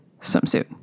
swimsuit